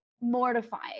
mortifying